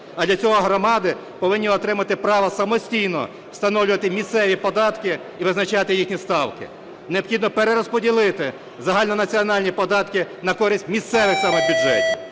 А для цього громади повинні отримати право самостійно встановлювати місцеві податки і визначати їхні ставки. Необхідно перерозподілити загальнонаціональні податки на користь місцевих саме бюджетів.